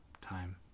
time